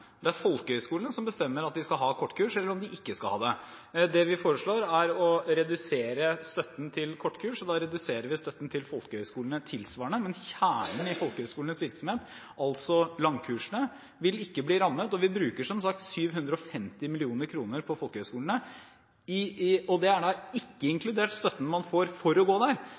Det er folkehøyskolene som bestemmer om de skal ha kortkurs eller ikke. Det vi foreslår, er å redusere støtten til kortkurs, og da reduserer vi støtten til folkehøyskolene tilsvarende, men kjernen i folkehøyskolenes virksomhet, altså langkursene, vil ikke bli rammet. Vi bruker som sagt 750 mill. kr på folkehøyskolene, og det er da ikke inkludert støtten man får for å gå der.